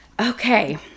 Okay